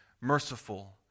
merciful